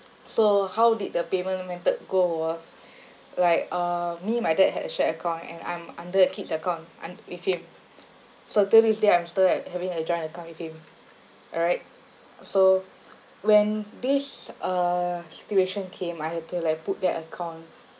so how did the payment method go was like uh me and my dad had a shared account and I'm under a kid's account un~ with him certainly it's there I'm still at having a joint account with him alright so when this uh situation came I had to like put that account